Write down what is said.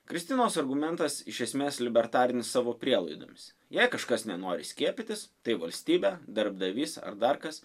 kristinos argumentas iš esmės libertarinis savo prielaidomis jei kažkas nenori skiepytis tai valstybė darbdavys ar dar kas